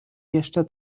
jeszcze